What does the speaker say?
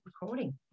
recording